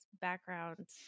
background